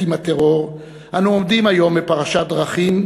עם הטרור אנו עומדים היום בפרשת דרכים,